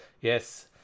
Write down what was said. yes